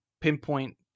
pinpoint